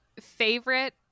favorite